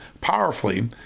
powerfully